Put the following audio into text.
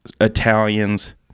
Italians